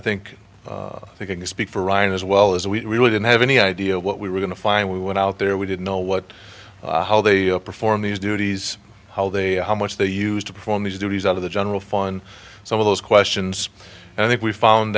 i think they can speak for ryan as well as we really didn't have any idea what we were going to find we went out there we didn't know what how they perform these duties how they how much they used to perform these duties out of the general fund some of those questions i think we found